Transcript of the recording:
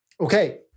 Okay